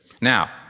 Now